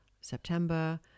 September